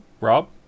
Rob